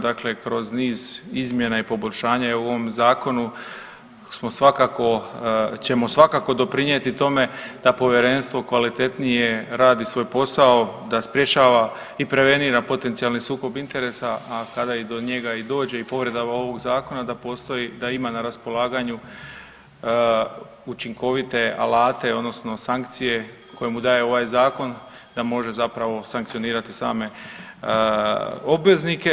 Dakle kroz niz izmjena i poboljšanja u ovom zakonu ćemo svakako doprinjeti tome da povjerenstvo kvalitetnije radi svoj posao, da sprječava i prevenira potencijalni sukob interesa, a kada i do njega i dođe i povredama ovog zakona da postoji, da ima na raspolaganju učinkovite alate odnosno sankcije koje mu daje ovaj zakon da može zapravo sankcionirati same obveznike.